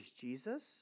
Jesus